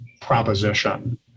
proposition